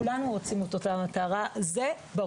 כולנו רוצים את אותה המטרה, זה ברור.